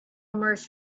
immerse